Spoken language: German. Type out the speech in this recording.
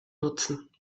nutzen